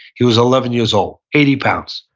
he was eleven years old. eighty pounds.